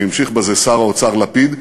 והמשיך בזה שר האוצר לפיד,